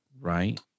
right